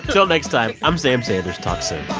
till next time, i'm sam sanders. talk so